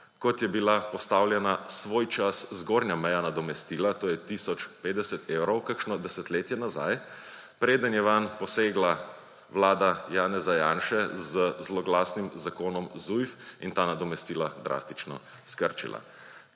kot je bila postavljena svoj čas zgornja meja nadomestila, to je tisoč 50 evrov kakšno desetletje nazaj, preden je vanj posegla vlada Janeza Janše z zloglasnim zakonom ZUJF in ta nadomestila drastično skrčila.